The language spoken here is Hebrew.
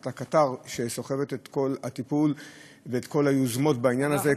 את הקטר שסוחב את כל הטיפול ואת כל היוזמות בעניין הזה,